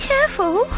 Careful